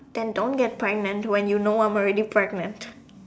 then don't get pregnant when you know I am already pregnant